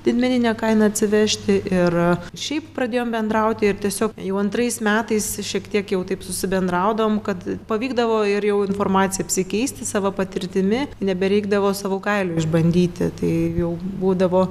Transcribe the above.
didmenine kaina atsivežti ir šiaip pradėjom bendrauti ir tiesiog jau antrais metais šiek tiek jau taip susibendraudavom kad pavykdavo ir jau informacija apsikeisti sava patirtimi nebereikdavo savu kailiu išbandyti tai jau būdavo